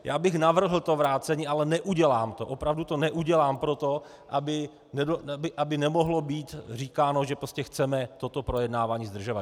Já bych navrhl to vrácení, ale neudělám to, opravdu to neudělám proto, aby nemohlo být říkáno, že prostě chceme toto projednávání zdržovat.